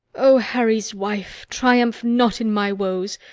o harry's wife, triumph not in my woes!